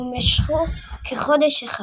ומשכו כחודש אחד.